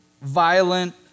violent